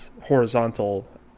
horizontal